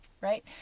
right